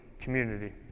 community